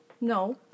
no